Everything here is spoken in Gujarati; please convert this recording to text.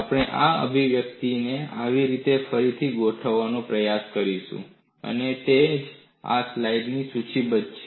આપણે આ અભિવ્યક્તિને આવી રીતે ફરીથી ગોઠવવાનો પ્રયત્ન કરીશું અને તે જ આ સ્લાઇડમાં સૂચિબદ્ધ છે